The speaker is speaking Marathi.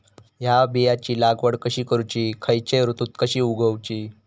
हया बियाची लागवड कशी करूची खैयच्य ऋतुत कशी उगउची?